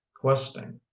questing